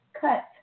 cut